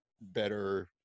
better